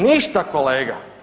Ništa kolega.